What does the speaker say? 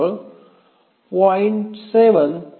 7 पर्यंत व्यवस्थित होते